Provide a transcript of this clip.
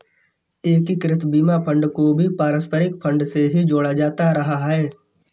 एकीकृत बीमा फंड को भी पारस्परिक फंड से ही जोड़ा जाता रहा है